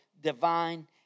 divine